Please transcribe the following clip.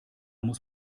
muss